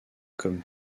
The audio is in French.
comme